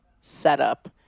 setup